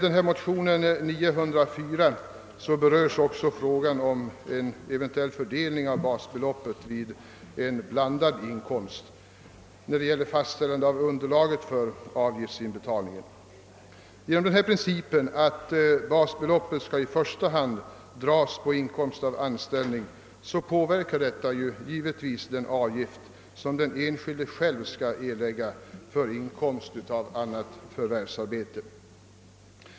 I motion 11:904 berörs också frågan om en eventuell fördelning av basbeloppet vid blandad inkomst när det gäller fastställandet av underlaget för avgiftsinbetalningen. Principen att basbeloppet i första hand skall dras på inkomst av anställning påverkar givetvis den avgift som den enskilde själv skall erlägga för inkomst av annat förvärvsarbete.